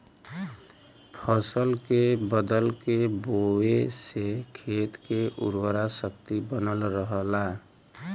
फसल के बदल के बोये से खेत के उर्वरा शक्ति बनल रहला